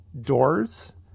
doors